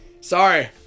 Sorry